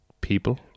people